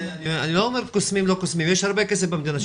יש הרבה כסף במדינה, שמישהו יספוג.